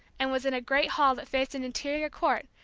and was in a great hall that faced an interior court,